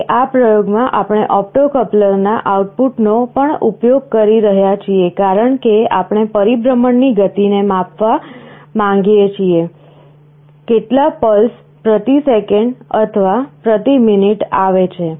હવે આ પ્રયોગમાં આપણે ઓપ્ટો કપ્લર ના આઉટપુટનો પણ ઉપયોગ કરી રહ્યા છીએ કારણ કે આપણે પરિભ્રમણની ગતિને માપવા માગીએ છીએ કેટલા પલ્સ પ્રતિ સેકંડ અથવા પ્રતિ મિનિટ આવે છે